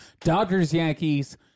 Dodgers-Yankees